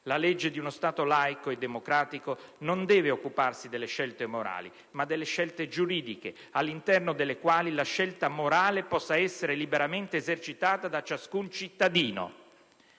La legge di uno Stato laico e democratico non deve occuparsi delle scelte morali, ma delle scelte giuridiche, all'interno delle quali la scelta morale possa essere liberamente esercitata da ciascun cittadino.